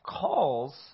calls